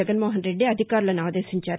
జగన్ మోహన్ రెడ్డి అధికారులను అదేశించారు